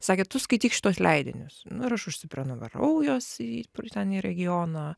sakė tu skaityk šiuos leidinius nu ir aš užsiprenumeravau juos į kur ten į regioną